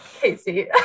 casey